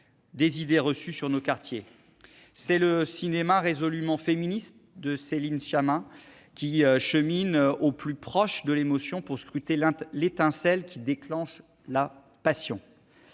des idées reçues sur nos quartiers ; c'est le cinéma résolument féministe de Céline Sciamma, qui chemine au plus près de l'émotion pour scruter l'étincelle qui déclenche la passion.